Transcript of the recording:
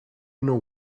know